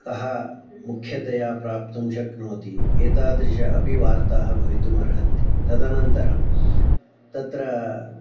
कः मुख्यतया प्राप्तुं शक्नोति एतादृशाः अपि वार्ताः भवितुम् अर्हन्ति तदनन्तरं तत्र